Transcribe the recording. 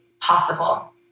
possible